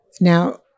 Now